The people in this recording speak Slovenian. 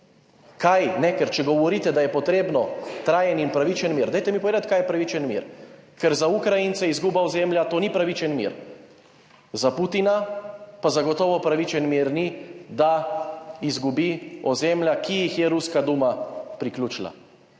Kaj? Ker če govorite, da je potrebno trajen in pravičen mir. Dajte mi povedati kaj je pravičen mir. Ker za Ukrajince izguba ozemlja, to ni pravičen mir, za Putina pa zagotovo pravičen mir ni, da izgubi ozemlja, ki jih je ruska duma priključila,